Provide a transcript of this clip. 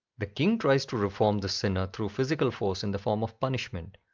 the king tries to reform the sinner through physical force in the form of punishment,